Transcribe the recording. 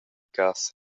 cass